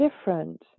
different